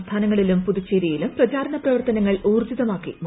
സംസ്ഥാനങ്ങളിലും പുതുച്ചേരിയിലും പ്രചാരണ പ്രവർത്തനങ്ങൾ ഊർജ്ജിതമാക്കി മുന്നണികൾ